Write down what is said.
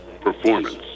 performance